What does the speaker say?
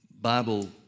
Bible